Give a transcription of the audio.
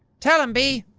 tell em, bea!